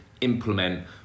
implement